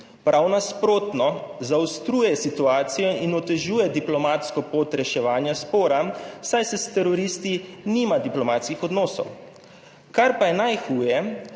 Prav nasprotno, zaostruje situacijo in otežuje diplomatsko pot reševanja spora, saj se s teroristi nima diplomatskih odnosov. Kar pa je najhuje,